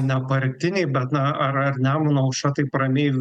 nepartiniai bet na ar ar nemuno aušra taip ramiai